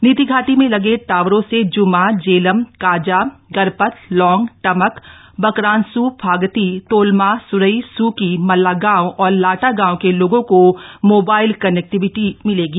नीति घाटी में लगे टावरों से जुमा जेलम काजा गरपत लौंग टमक बकरांसु फागती तोलमा सुरई सूकी मल्लागांव और लाटा गांव के लोगों को मोबाइल कनेक्टिविटी मिलेगी